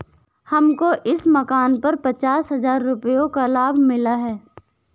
हमको इस मकान पर पचास हजार रुपयों का लाभ मिला है